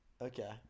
Okay